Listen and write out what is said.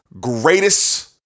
greatest